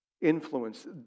influence